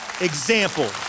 example